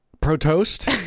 Pro-toast